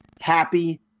happy